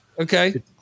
Okay